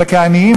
אלא כעניים,